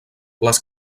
les